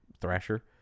thrasher